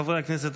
חברי הכנסת,